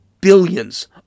billions